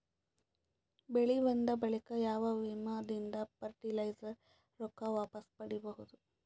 ಬೆಳಿ ಬಂದ ಬಳಿಕ ಯಾವ ವಿಮಾ ದಿಂದ ಫರಟಿಲೈಜರ ರೊಕ್ಕ ವಾಪಸ್ ಪಡಿಬಹುದು?